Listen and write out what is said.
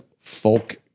folk